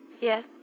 Yes